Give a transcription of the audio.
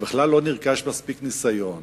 הרי בכלל לא נרכש מספיק ניסיון.